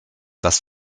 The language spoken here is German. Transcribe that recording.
das